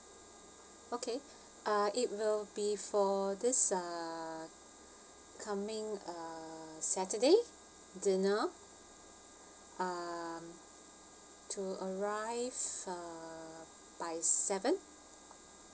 okay uh it will be for this uh coming uh saturday dinner um to arrive uh by seven